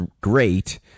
great